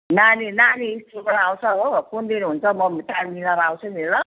नानी नानी स्कुलबाट आउँछ हो कुन दिन हुन्छ म टाइम मिलाएर आउँछु नि ल